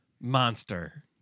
Monster